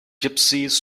gypsies